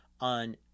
on